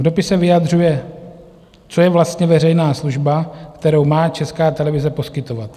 V dopise vyjadřuje, co je vlastně veřejná služba, kterou má Česká televize poskytovat.